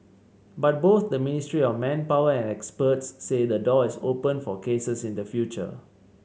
but both the Ministry of Manpower and experts say the door is open for cases in the future